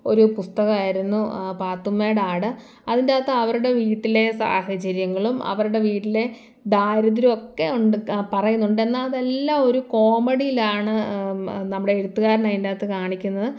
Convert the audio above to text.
ഒരു പുസ്തകമായിരുന്നു പാത്തുമ്മയുടെ ആട് അതിൻ്റകത്ത് അവരുടെ വീട്ടിലെ സാഹചര്യങ്ങളും അവരുടെ വീട്ടിലെ ദാരിദ്രമൊക്കെ ഉണ്ട് പറയുന്നുണ്ട് എന്നാൽ അതെല്ലാം ഒരു കോമഡിയിലാണ് നമ്മുടെ എഴുത്തുകാരൻ അതിൻ്റകത്ത് കാണിക്കുന്നത്